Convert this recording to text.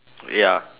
ya